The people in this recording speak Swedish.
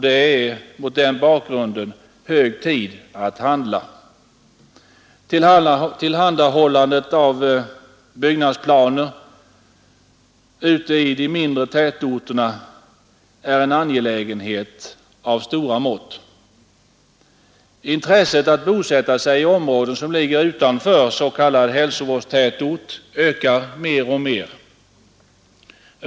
Det är mot den bakgrunden hög tid att handla. Tillhandahållande av byggnadsplaner ute i de mindre tätorterna är en angelägenhet av stora mått. Intresset för att bosätta sig i områden som ligger utanför s.k. hälsovårdstätort ökar mer och mer.